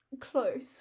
Close